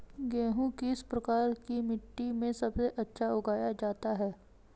गेहूँ किस प्रकार की मिट्टी में सबसे अच्छा उगाया जाता है?